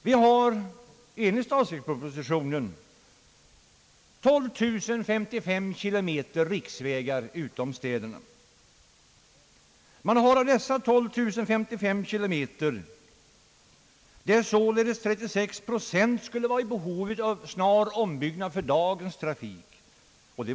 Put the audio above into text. Vi har enligt statsverkspropositionen 12 055 km riksvägar utanför städerna, varav således 36 procent eller 4340 km skulle vara i behov av snar ombyggnad för dagens trafik.